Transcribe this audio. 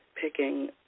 picking